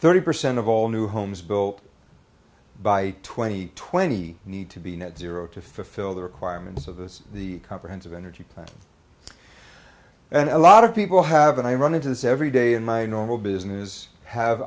thirty percent of all new homes built by twenty twenty need to be net zero to fulfill the requirements of the comprehensive energy plan and a lot of people have and i run into this every day in my normal business have